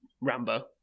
Rambo